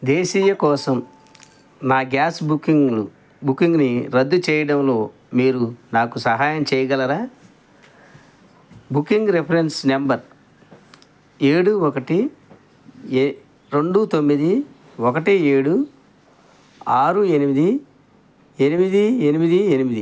దేశీయ కోసం నా గ్యాస్ బుకింగ్ను బుకింగ్ని రద్దు చేయడంలో మీరు నాకు సహాయం చెయ్యగలరా బుకింగ్ రిఫరెన్స్ నెంబర్ ఏడు ఒకటి ఎ రెండు తొమ్మిది ఒకటి ఏడు ఆరు ఎనిమిది ఎనిమిది ఎనిమిది ఎనిమిది